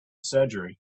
surgery